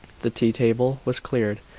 the tea-table was cleared,